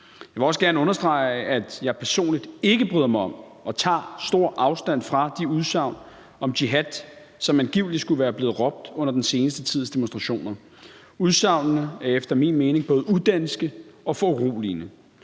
Jeg vil også gerne understrege, at jeg personligt ikke bryder mig om og tager stor afstand fra de udsagn om jihad, som angiveligt skulle være blevet råbt under den seneste tids demonstrationer. Udsagnene er efter min mening både udanske og foruroligende,